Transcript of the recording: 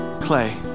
clay